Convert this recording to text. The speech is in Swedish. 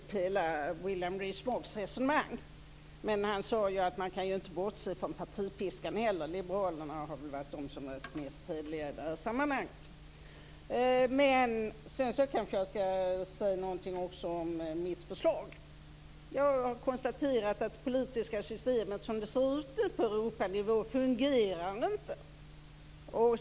Fru talman! Jag hade inte tid att ta upp hela William Rees-Moggs resonemang, men han sade att man inte heller kan bortse från partipiskan. Liberalerna har väl varit de som har varit mest tydliga i detta sammanhang. Jag skall kanske också säga någonting om mitt förslag. Jag har konstaterat att det politiska systemet, som det nu ser ut på Europanivå, inte fungerar.